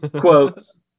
Quotes